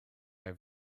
have